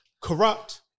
Corrupt